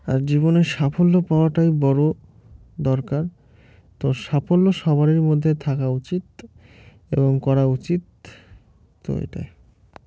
আর জীবনে সাফল্য পাওয়াটাই বড়ো দরকার তো সাফল্য সবারই মধ্যে থাকা উচিত এবং করা উচিত তো এটাই